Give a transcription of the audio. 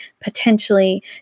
potentially